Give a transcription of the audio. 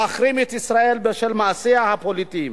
להחרים את ישראל בשל מעשיה הפוליטיים.